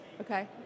Okay